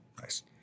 Nice